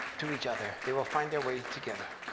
to each other. they will find their way together.